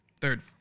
Third